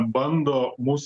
bando mus